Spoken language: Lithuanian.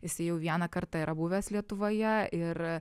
jisai jau vieną kartą yra buvęs lietuvoje ir